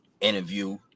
interview